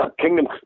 Kingdom